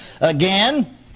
Again